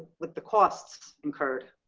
with the costs incurred.